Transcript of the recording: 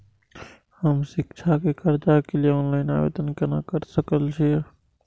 हम शिक्षा के कर्जा के लिय ऑनलाइन आवेदन केना कर सकल छियै?